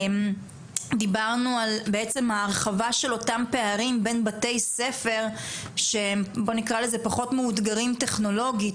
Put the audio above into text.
דיברנו על ההרחבה של אותם פערים בין בתי ספר שהם פחות מאותגרים טכנולוגית